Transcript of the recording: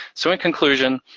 so, in conclusion,